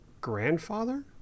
grandfather